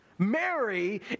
Mary